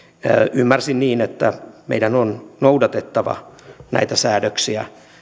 ymmärsin niin että meidän on noudatettava näitä säädöksiä